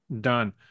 done